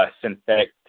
synthetic